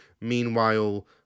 meanwhile